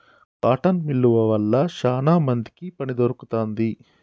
cotton మిల్లువ వల్ల శానా మందికి పని దొరుకుతాంది